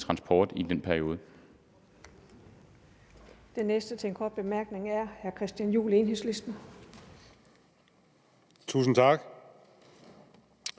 transport i den periode.